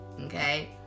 okay